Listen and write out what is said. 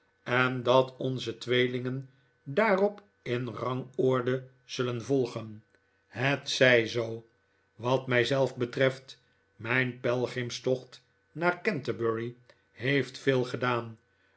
en dat onze tweelingen daarop in rangorde zullen volgen het zij zoo wat mij zelf betreft mijn pelgrimstocht naar canterbury heeft veel gedaan